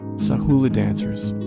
saw hula dancers,